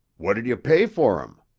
what'd you pay for em?